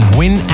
win